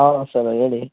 ಹಾಂ ಸರ್ ಹೇಳಿ